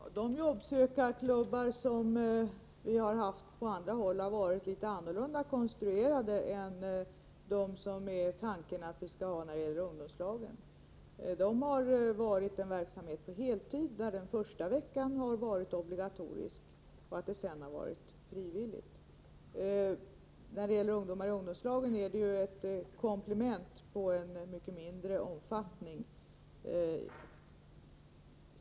Fru talman! De jobbsökarklubbar som vi har haft på andra håll har varit litet annorlunda konstruerade än de som det är tanken att vi skall ha när det gäller ungdomslagen. Det har gällt en verksamhet på heltid, där den första veckan varit obligatorisk, men resten frivillig. När det gäller ungdomar i ungdomslagen är det ju fråga om ett komplement av mycket mindre omfattning.